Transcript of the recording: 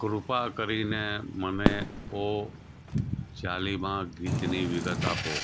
કૃપા કરીને મને ઓ ઝાલિમા ગીતની વિગત આપો